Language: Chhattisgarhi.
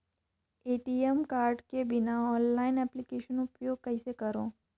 ए.टी.एम कारड के बिना ऑनलाइन एप्लिकेशन उपयोग कइसे करो?